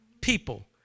people